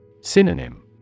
Synonym